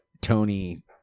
Tony